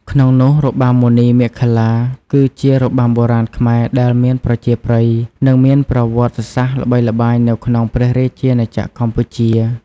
ក្នងនោះរបាំមុនីមាឃលា គឺជារបាំបុរាណខ្មែរដែលមានប្រជាប្រិយ និងមានប្រវត្តិសាស្ត្រល្បីល្បាញនៅក្នុងព្រះរាជាណាចក្រកម្ពុជា។